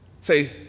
Say